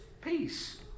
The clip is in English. peace